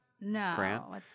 No